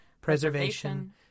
preservation